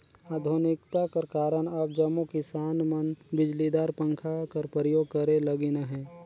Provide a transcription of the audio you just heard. आधुनिकता कर कारन अब जम्मो किसान मन बिजलीदार पंखा कर परियोग करे लगिन अहे